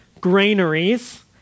granaries